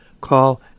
Call